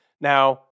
now